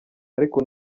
ariko